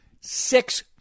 six